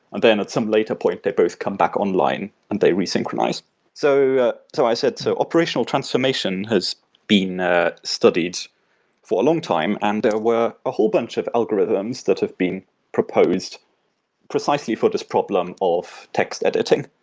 then at some later point, they both come back online and they resynchronize so ah so i said so operational transformation has been ah studied for a long time and there were a whole bunch of algorithms that have been proposed precisely for this problem of text editing.